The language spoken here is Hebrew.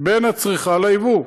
בין הצריכה לייצור.